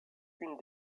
une